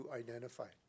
identify